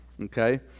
okay